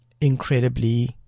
incredibly